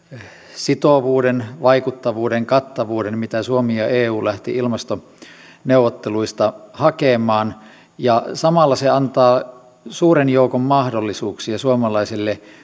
sitovuuden vaikuttavuuden kattavuuden mitä suomi ja eu lähtivät ilmastoneuvotteluista hakemaan samalla se antaa suuren joukon mahdollisuuksia suomalaiselle